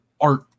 art